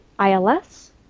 ILS